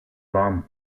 bomb